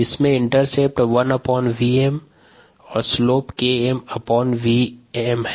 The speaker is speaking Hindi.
इसमें इंटरसेप्ट 1Vm और स्लोप KmVm है